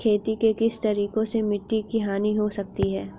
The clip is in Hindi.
खेती के किस तरीके से मिट्टी की हानि हो सकती है?